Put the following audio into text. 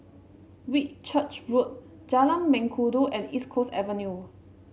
Whitchurch Road Jalan Mengkudu and East Coast Avenue